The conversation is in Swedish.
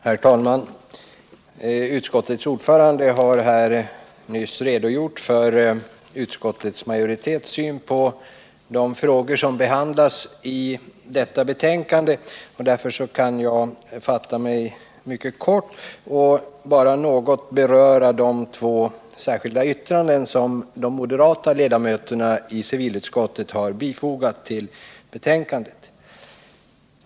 Herr talman! Utskottets ordförande har nyss redogjort för utskottsmajoritetens syn på de frågor som behandlas i detta betänkande. Därför kan jag fatta mig mycket kort och bara något beröra de två särskilda yttranden som de moderata ledamöterna i civilutskottet har fogat till betänkandet.